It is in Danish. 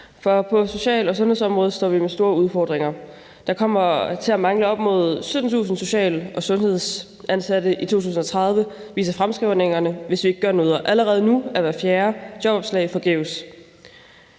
For på social- og sundhedsområdet står vi med store udfordringer. Der kommer til at mangle op mod 17.000 social- og sundhedsansatte i 2030, viser fremskrivningerne, hvis vi ikke gør noget, og allerede nu er hver fjerde jobopslag forgæves.